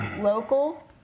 local